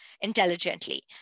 intelligently